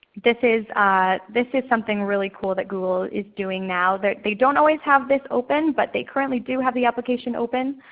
this is this is something really cool that google is doing now. they don't always have this open, but they currently do have the application open.